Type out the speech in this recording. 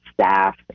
staff